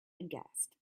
aghast